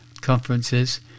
conferences